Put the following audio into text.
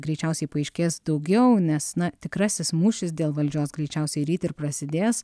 greičiausiai paaiškės daugiau nes na tikrasis mūšis dėl valdžios greičiausiai ryt ir prasidės